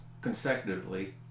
consecutively